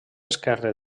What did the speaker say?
esquerre